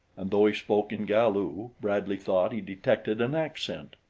and though he spoke in galu bradley thought he detected an accent.